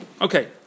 Okay